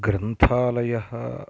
ग्रन्थालयः